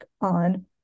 on